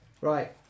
Right